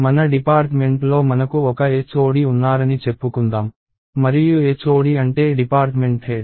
మన డిపార్ట్మెంట్లో మనకు ఒక HOD ఉన్నారని చెప్పుకుందాం మరియు HOD అంటే డిపార్ట్మెంట్ హెడ్